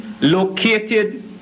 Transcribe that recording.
located